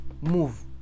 move